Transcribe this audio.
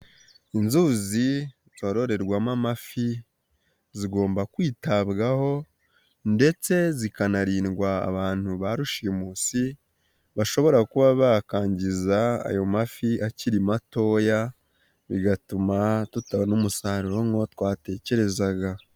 Inzuzi zororerwamo amafi zigomba kwitabwaho ndetse zikanarindwa abantu ba rushimusi bashobora kuba bakangiza ayo mafi akiri matoya bigatuma tutabona umusaruro nk'uwo twatekerezaga.